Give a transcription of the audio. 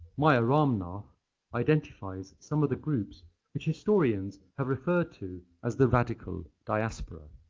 maia ramnath identifies some of the groups which historians have referred to as the radical diaspora.